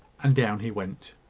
and down he went.